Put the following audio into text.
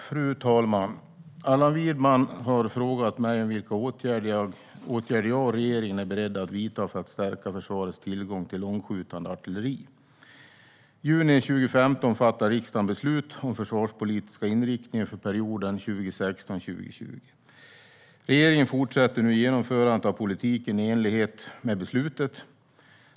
Fru talman! Allan Widman har frågat mig vilka åtgärder jag och regeringen är beredda att vidta för att stärka försvarets tillgång till långskjutande artilleri. I juni 2015 fattade riksdagen beslut om den försvarspolitiska inriktningen för perioden 2016-2020. Regeringen fortsätter nu genomförandet av politiken i enlighet med beslutet.